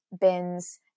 bins